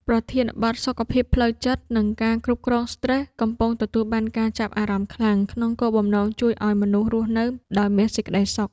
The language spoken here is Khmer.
ប្រធានបទ សុខភាពផ្លូវចិត្ត និងការគ្រប់គ្រងស្រ្តេស កំពុងទទួលបានការចាប់អារម្មណ៍ខ្លាំង ក្នុងគោលបំណងជួយឱ្យមនុស្សរស់នៅដោយមានសេចក្ដីសុខ។